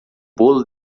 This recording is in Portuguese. bolo